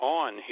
on